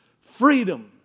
Freedom